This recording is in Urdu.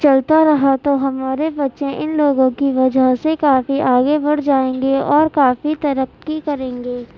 چلتا رہا تو ہمارے بچے ان لوگوں کی وجہ سے کافی آگے بڑھ جائیں گے اور کافی ترقی کریں گے